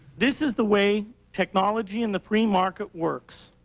this is the way technology in the free market works.